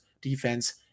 defense